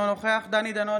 אינו נוכח דני דנון,